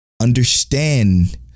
understand